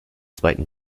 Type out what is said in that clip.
zweiten